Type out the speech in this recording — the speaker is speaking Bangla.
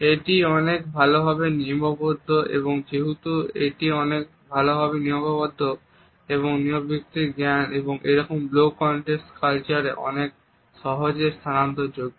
এটি অনেক ভালোভাবে নিয়মাবদ্ধ এবং যেহেতু এটি অনেক ভালোভাবে নিয়মাবদ্ধ এবং নিয়ম ভিত্তিক জ্ঞান এরকম লো কন্টেক্সট কালচারে অনেক সহজে স্থানান্তরযোগ্য